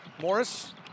Morris